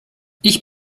ich